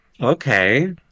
Okay